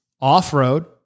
Off-road